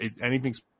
anything's